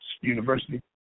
university